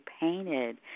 painted